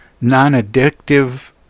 non-addictive